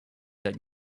that